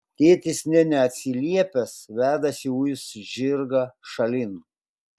tėtis nė neatsiliepęs vedasi uis žirgą šalin